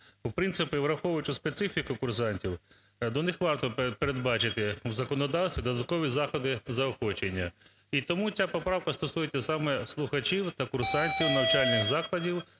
В принципі враховуючи специфіку курсантів, до них варто передбачити в законодавстві додаткові заходи заохочення. І тому ця поправка стосується саме слухачів та курсантів навчальних закладів